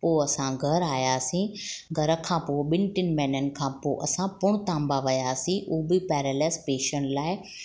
पोइ असां घरु आयासीं घर खां पोइ ॿिनि टिनि महिननि खां पोइ असां पुणताम्बा वियासीं उ बि पैरालाइस्ड पेशैंट लाइ